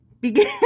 Begin